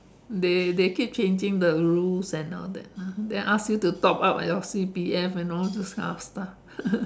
they they keep changing the rules and all that then ask you to top up your C_P_F and all those kind of stuff